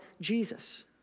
Jesus